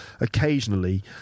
occasionally